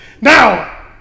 Now